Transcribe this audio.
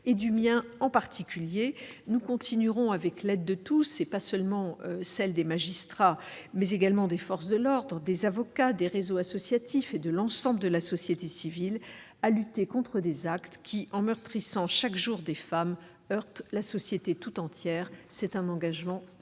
et du mien en particulier. Nous continuerons, avec l'aide de tous, non seulement des magistrats et des forces de l'ordre, mais aussi des avocats, des réseaux associatifs et de l'ensemble de la société civile, à lutter contre des actes qui, en meurtrissant chaque jour des femmes, heurtent la société tout entière. J'en suis absolument certaine,